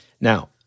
Now